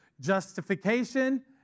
Justification